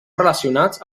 relacionats